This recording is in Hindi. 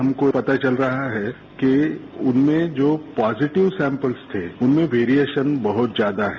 हमको पता चल रहा है कि उनमें जो पॉजिटिव सैम्पल्स थे उनमें वैरिएशन बहुत ज्यादा है